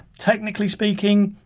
technically speaking,